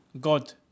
God